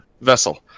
vessel